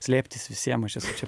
slėptis visiem aš esu čia